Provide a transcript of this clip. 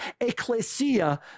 Ecclesia